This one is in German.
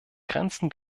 grenzen